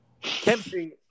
Chemistry